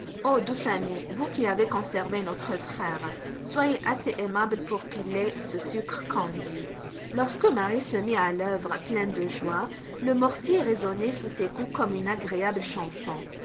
amie vous qui avez conservé notre frère soyez assez aimable pour piler ce sucre candi lorsque marie se mit à l'œuvre pleine de joie le mortier résonnait sous ses coups comme une agréable chanson